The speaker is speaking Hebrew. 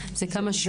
זה כמה שיעורים,